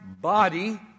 body